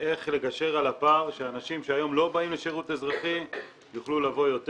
איך לגשר על הפער שאנשים שהיום לא באים לשירות אזרחי יוכלו לבוא יותר.